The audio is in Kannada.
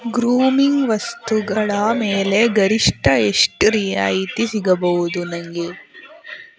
ಗ್ರೂಮಿಂಗ್ ವಸ್ತುಗಳ ಮೇಲೆ ಗರಿಷ್ಠ ಎಷ್ಟು ರಿಯಾಯಿತಿ ಸಿಗಬಹುದು ನನಗೆ